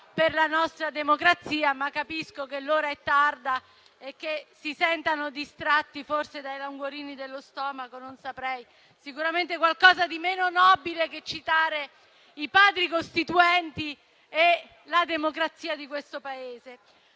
per la nostra democrazia. Ma capisco che l'ora è tarda e che si sentano distratti forse dai languorini dello stomaco, non saprei, ma sicuramente da qualcosa di meno nobile che citare i Padri costituenti e la democrazia di questo Paese.